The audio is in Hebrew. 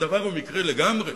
והדבר הוא מקרי לגמרי.